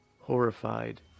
horrified